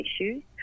issues